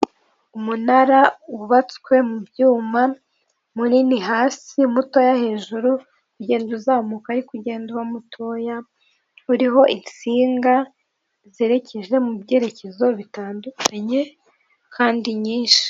Umunara wubatswe mu byuma, munini hasi, mutoya hejuru, ugenda uzamuka ariko ugenda uba mutoya, uriho insinga zerekeje mu byerekezo bitandukanye kandi nyinshi.